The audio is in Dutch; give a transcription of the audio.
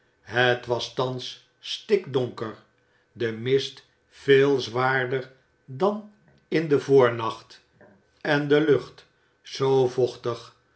het was thans stikdonker de mist veel zwaarder dan in den voornacht en de lucht zoo voch